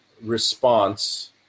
response